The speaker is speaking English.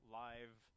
live